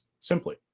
Simply